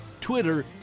Twitter